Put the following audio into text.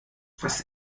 was